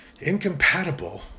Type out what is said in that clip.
incompatible